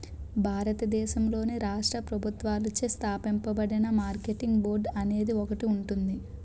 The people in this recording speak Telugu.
భారతదేశంలోని రాష్ట్ర ప్రభుత్వాలచే స్థాపించబడిన మార్కెటింగ్ బోర్డు అనేది ఒకటి ఉంటుంది